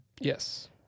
Yes